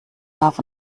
darf